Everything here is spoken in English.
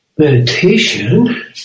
Meditation